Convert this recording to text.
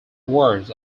words